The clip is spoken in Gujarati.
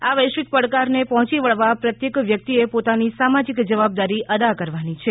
આ વૈશ્વિક પડકારને પહોંચી વળવા પ્રત્યેક વ્યક્તિએ પોતાની સામાજિક જવાબદારી અદા કરવાની છે